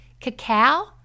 cacao